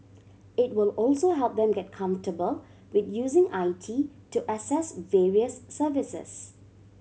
it will also help them get comfortable with using I T to access various services